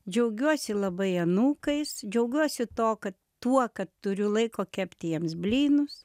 džiaugiuosi labai anūkais džiaugiuosi to kad tuo kad turiu laiko kepti jiems blynus